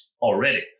already